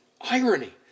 irony